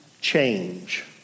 change